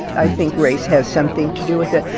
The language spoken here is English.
i think race has something to do with it.